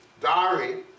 diary